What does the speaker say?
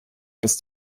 bis